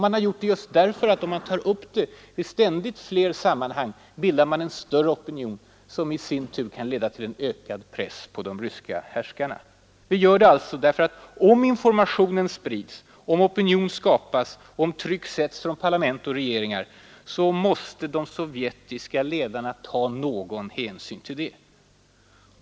Man har gjort det just därför att om man tar upp detta i ständigt fler sammanhang, bildar man en större opinion som i sin tur kan leda till en ökad press på de ryska härskarna. Om informationen sprids, om opinion skapas och om trycket ökas från parlament och regeringar, så måste de sovjetiska ledarna ta någon hänsyn till det.